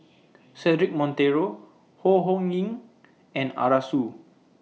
Cedric Monteiro Ho Ho Ying and Arasu